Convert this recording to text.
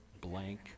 blank